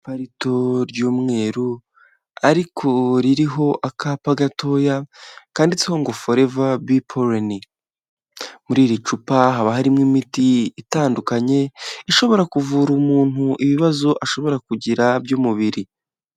Icupa rito ry'umweru ariko ririho akapa gatoya, kanditseho ngo foreva bipolini muri iri cupa haba harimo imiti itandukanye, ishobora kuvura umuntu ibibazo, ashobora kugira by'umubiri.